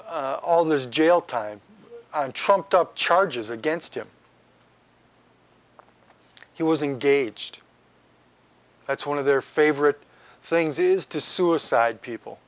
all this jail time trumped up charges against him he was engaged that's one of their favorite things is to suicide people